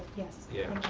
yes. yeah.